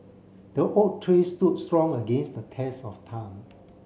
the oak tree stood strong against the test of time